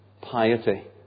piety